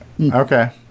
Okay